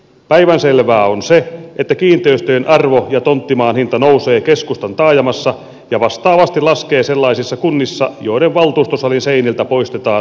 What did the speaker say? päivänselvää on se että kiinteistöjen arvo ja tonttimaan hinta nousee keskustan taajamassa ja vastaavasti laskee sellaisissa kunnissa joiden valtuustosalin seiniltä poistetaan oma vaakuna